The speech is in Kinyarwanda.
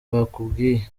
bakubwiye